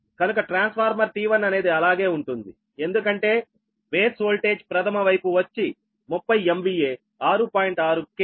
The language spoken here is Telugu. కనుక ట్రాన్స్ఫార్మర్ T1 అనేది అలాగే ఉంటుంది ఎందుకంటే బేస్ వోల్టేజ్ ప్రధమ వైపు వచ్చి 30 MVA 6